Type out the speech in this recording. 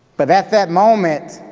but at that moment,